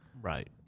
Right